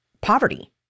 poverty